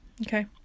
okay